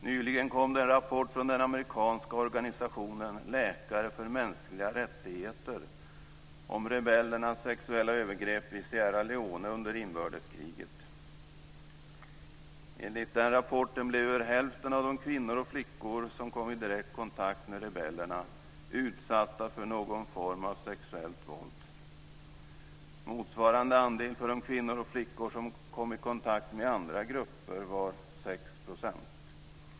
Nyligen kom det en rapport från den amerikanska organisationen Läkare för mänskliga rättigheter om rebellernas sexuella övergrepp i Sierra Leone under inbördeskriget. Enligt rapporten blev över hälften av de kvinnor och flickor som kom i direkt kontakt med rebellerna utsatta för någon form av sexuellt våld. Motsvarande andel för de kvinnor och flickor som kom i kontakt med andra grupper var 6 %.